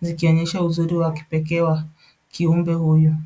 zikionyesha uzuri wa kipekee wa kiumbe huyu.